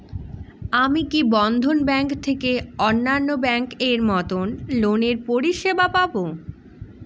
আমি কি বন্ধন ব্যাংক থেকে অন্যান্য ব্যাংক এর মতন লোনের পরিসেবা পাব?